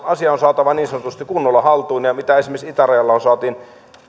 asia on saatava niin sanotusti kunnolla haltuun ja se että esimerkiksi itärajalla saatiin